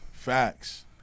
Facts